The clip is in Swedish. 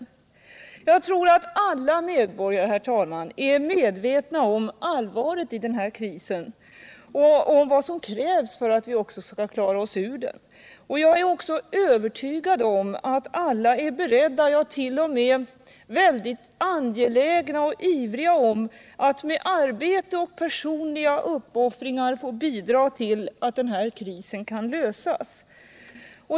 Herr talman! Jag tror att alla medborgare är medvetna om allvaret i den här krisen och om vad som krävs för att vi skall klara oss ut ur den. Jag är övertygad om att alla är beredda — ja, t.o.m. angelägna och ivriga — att med arbete och personliga uppoffringar få bidra till en lösning av krisen.